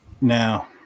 now